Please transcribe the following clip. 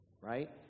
Right